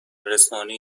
رسانه